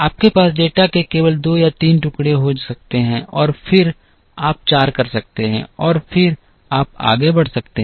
आपके पास डेटा के केवल 2 या 3 टुकड़े हो सकते हैं और फिर आप चार कर सकते हैं और फिर आप आगे बढ़ सकते हैं